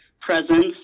presence